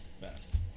best